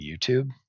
YouTube